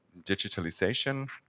digitalization